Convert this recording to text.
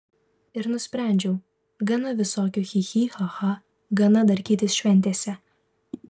ir nusprendžiau gana visokių chi chi cha cha gana darkytis šventėse